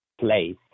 place